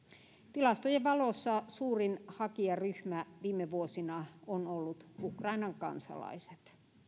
tilastojen valossa suurin hakijaryhmä viime vuosina on ollut ukrainan kansalaiset